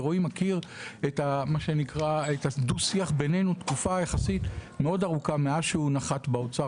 ורועי מכיר את הדו שיח ביננו תקופה מאוד ארוכה מאז שהוא נחת באוצר